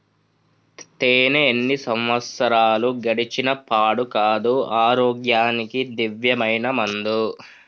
తేనే ఎన్ని సంవత్సరాలు గడిచిన పాడు కాదు, ఆరోగ్యానికి దివ్యమైన మందు